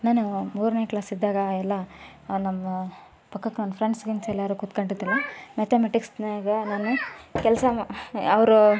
ನಾನು ಮೂರನೇ ಕ್ಲಾಸಿದ್ದಾಗ ಎಲ್ಲ ನಮ್ಮ ಪಕ್ಕಕ್ಕೊಂದು ಫ್ರೆಂಡ್ಸ್ ಗಿಂಡ್ಸ್ ಎಲ್ಲರೂ ಕುತ್ಕಂಡಿದ್ದರೆ ಮೆತಮೆಟಿಕ್ಸ್ನಾಗ ನಾನು ಕೆಲಸ ಮಾ ಅವರು